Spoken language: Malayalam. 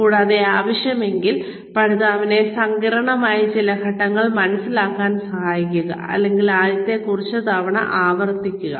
കൂടാതെ ആവശ്യമെങ്കിൽ പഠിതാവിനെ സങ്കീർണ്ണമായ ചില ഘട്ടങ്ങൾ മനസിലാക്കാൻ സഹായിക്കുക അല്ലെങ്കിൽ ആദ്യത്തെ കുറച്ച് തവണ ആവർത്തിക്കുക